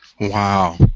Wow